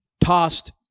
tossed